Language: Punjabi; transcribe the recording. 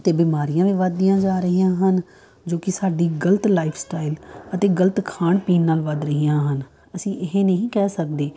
ਅਤੇ ਬਿਮਾਰੀਆਂ ਵੀ ਵੱਧਦੀਆਂ ਜਾ ਰਹੀਆਂ ਹਨ ਜੋ ਕਿ ਸਾਡੀ ਗਲਤ ਲਾਈਫ ਸਟਾਈਲ ਅਤੇ ਗਲਤ ਖਾਣ ਪੀਣ ਨਾਲ ਵੱਧ ਰਹੀਆਂ ਹਨ ਅਸੀਂ ਇਹ ਨਹੀਂ ਕਹਿ ਸਕਦੇ